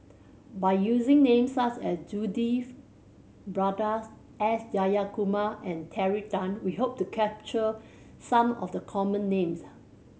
by using names such as Judith Prakash S Jayakumar and Terry Tan we hope to capture some of the common names